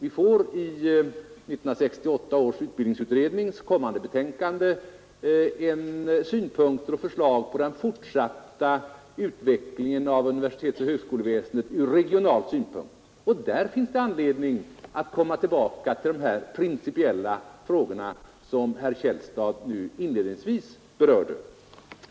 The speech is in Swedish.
I 1968 års utbildningsutrednings kommande betänkande får vi bl.a. synpunkter och förslag på den fortsatta utvecklingen av universitetsoch högskoleväsendet ur regional synpunkt. Där finns det anledning komma tillbaka till de principiella frågor som herr Källstad nu inledningsvis berörde.